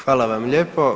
Hvala vam lijepo.